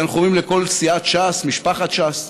תנחומים לכל סיעת ש"ס, משפחת ש"ס.